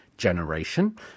Generation